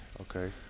Okay